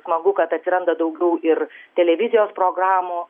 smagu kad atsiranda daugiau ir televizijos programų